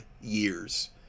years